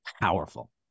powerful